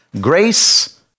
Grace